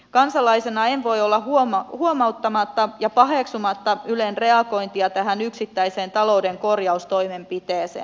kansalaisena en voi olla huomauttamatta ja paheksumatta ylen reagointia tähän yksittäiseen talouden korjaustoimenpiteeseen